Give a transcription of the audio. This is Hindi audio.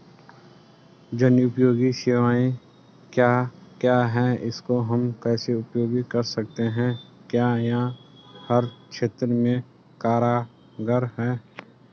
जनोपयोगी सेवाएं क्या क्या हैं इसको हम कैसे उपयोग कर सकते हैं क्या यह हर क्षेत्र में कारगर है?